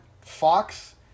Fox